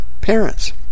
parents